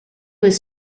was